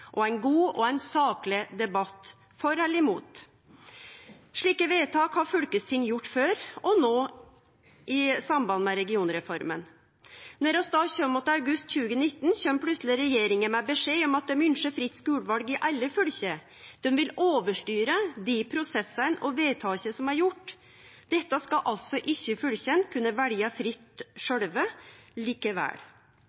og ein god og sakleg debatt for eller imot. Slike vedtak har fylkesting gjort før, og no i samband med regionreforma. Då vi så kom til august 2019, kom plutseleg regjeringa med beskjed om at dei ynskte fritt skuleval i alle fylke. Dei ville overstyre dei prosessane og vedtaka som var gjorde. Dette skal altså ikkje fylka kunne velje fritt